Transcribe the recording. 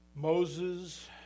Moses